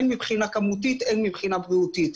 הן מבחינה כמותית, הן מבחינה בריאותית.